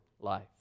life